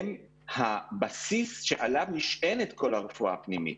הם הבסיס שעליו נשענת כל הרפואה הפנימית.